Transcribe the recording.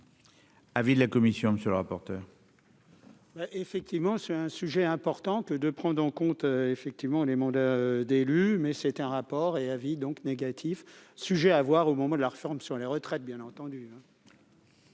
Avis de la commission, monsieur le rapporteur. Effectivement, c'est un sujet important que de prendre en compte effectivement les mandats d'élu mais c'est un rapport et vie donc négatif sujet à avoir au moment de la réforme sur les retraites bien entendu.